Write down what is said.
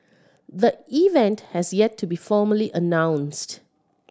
the event has yet to be formally announced